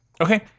Okay